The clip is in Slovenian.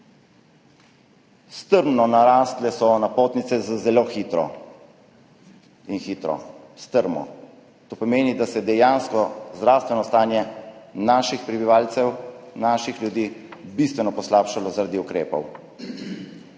Strmo narasle so napotnice »zelo hitro« in »hitro«, strmo. To pomeni, da se je dejansko zdravstveno stanje naših prebivalcev, naših ljudi bistveno poslabšalo zaradi ukrepov.